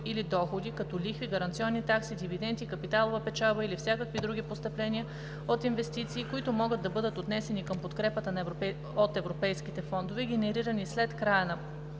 или доходи, като лихви, гаранционни такси, дивиденти, капиталова печалба или всякакви други постъпления от инвестиции, които могат да бъдат отнесени към подкрепата от европейските фондове, генерирани след края на